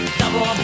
double